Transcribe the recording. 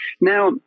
Now